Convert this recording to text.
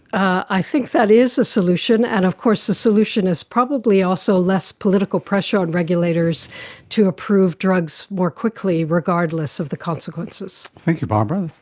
i think that is a solution, and of course the solution is probably also less political pressure on regulators to approve drugs more quickly regardless of the consequences. thank you barbara.